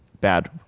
bad